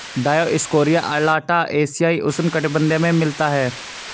Dioscorea alata एशियाई उष्णकटिबंधीय में मिलता है